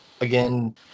Again